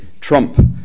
trump